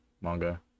manga